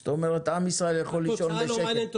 זאת אומרת, עם ישראל יכול לישון בשקט.